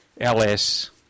LS